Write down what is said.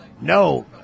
No